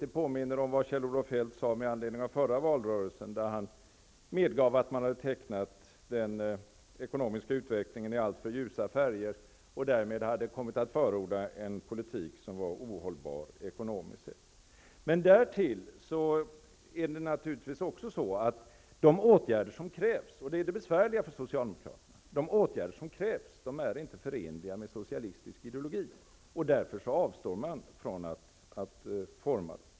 Det påminner om vad Kjell-Olof Feldt sade om förra valrörelsen, där han medgav att man hade målat den ekonomiska utvecklingen i alltför ljusa färger och därmed kommit att förorda en politik som var ohållbar ekonomiskt sett. Men det är naturligtvis också så att de åtgärder som krävs -- det är det besvärliga för socialdemokraterna -- inte är förenliga med socialistisk ideologi, och därför avstår man från att utforma dem.